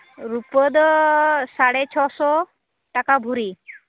ᱨᱩᱯᱟᱹ ᱫᱚ ᱥᱟᱲᱮ ᱪᱷᱚ ᱥᱚ ᱴᱟᱠᱟ ᱵᱷᱚᱨᱤ